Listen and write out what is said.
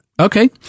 Okay